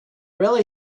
railway